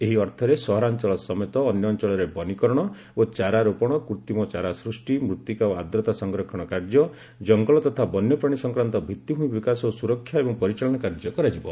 ଏହି ଅର୍ଥରେ ସହରାଞ୍ଚଳ ସମେତ ଅନ୍ୟ ଅଞ୍ଚଳରେ ବନୀକରଣ ଓ ଚାରା ରୋପଣ କୃତ୍ରିମ ଚାରା ସୃଷ୍ଟି ମୃତ୍ତିକା ଓ ଆର୍ଦ୍ରତା ସଂରକ୍ଷଣ କାର୍ଯ୍ୟ ଜଙ୍ଗଲ ତଥା ବନ୍ୟପ୍ରାଣୀ ସଂକ୍ରାନ୍ତ ଭିତ୍ତିଭୂମି ବିକାଶ ଓ ସୁରକ୍ଷା ଏବଂ ପରିଚାଳନା କାର୍ଯ୍ୟ କରାଯିବ